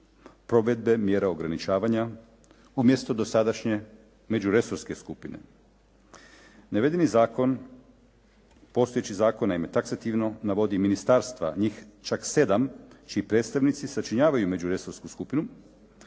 provedbe mjere ograničavanja umjesto dosadašnje međuresorske skupine. Navedeni zakon, postojeći zakon naime taksativno navodi ministarstva, njih čak 7 čiji predstavnici sačinjavaju međuresorsku skupinu,